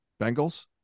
Bengals